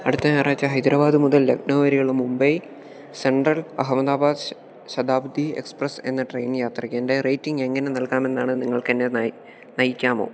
അടുത്ത ഞായറാഴ്ച്ച ഹൈദരാബാദ് മുതൽ ലക്നൗ വരെയുള്ള മുംബൈ സെൻട്രൽ അഹമ്മദാബാദ് ശതാബ്ദി എസ്പ്രസ്സ് എന്ന ട്രെയിൻ യാത്രയ്ക്ക് എൻറ്റെ റേറ്റിങ് എങ്ങനെ നൽകാമെന്നാണ് നിങ്ങൾക്കെന്നെ നയിക്കാമോ